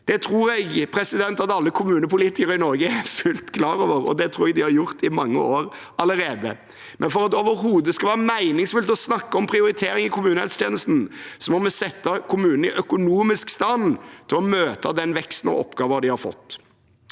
Det tror jeg at alle kommunepolitikere i Norge er fullt klar over, og det tror jeg de har gjort i mange år allerede, men for at det overhodet skal være meningsfullt å snakke om prioritering i kommunehelsetjenesten, må vi sette kommunene i økonomisk stand til å møte den veksten og de oppgavene de har fått.